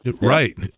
Right